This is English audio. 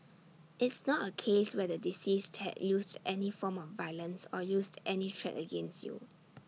it's not A case where the deceased had used any form of violence or used any threat against you